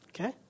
Okay